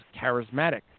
charismatic